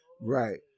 Right